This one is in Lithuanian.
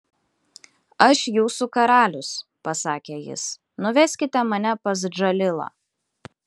aš jūsų karalius pasakė jis nuveskite mane pas džalilą